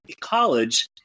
college